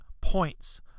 points